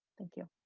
thank you.